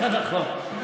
זה נכון.